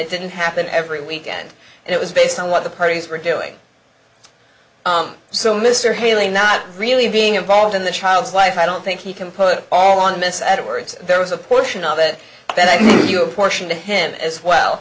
it didn't happen every weekend and it was based on what the parties were doing so mr haley not really being involved in the child's life i don't think he can put it all on mrs edwards there was a portion of it that you apportion to him as well